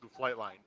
Flightline